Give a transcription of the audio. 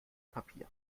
papier